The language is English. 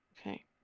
Okay